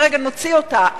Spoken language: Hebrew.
כרגע נוציא אותה.